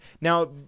now